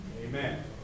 Amen